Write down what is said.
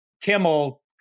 Kimmel